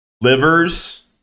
Livers